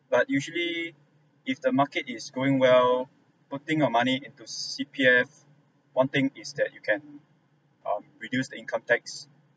but usually if the market is going well putting your money into C_P_F one thing is that you can um reduce the income tax